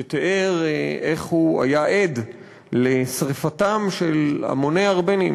שתיאר איך הוא היה עד לשרפתם של המוני ארמנים.